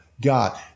God